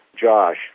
Josh